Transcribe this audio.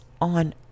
on